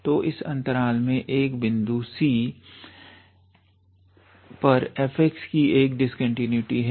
तो इस अंतराल मे एक बिंदु xc पर f कि एक डिस्कंटीन्यूटी है